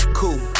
cool